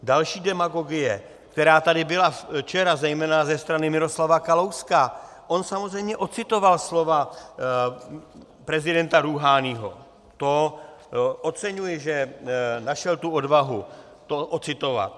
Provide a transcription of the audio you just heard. Další demagogie, která tady byla včera zejména ze strany Miroslava Kalouska, on samozřejmě ocitoval slova prezidenta Rúháního, to oceňuji, že našel odvahu to ocitovat.